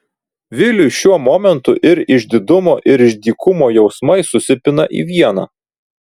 viliui šiuo momentu ir išdidumo ir išdykumo jausmai susipina į vieną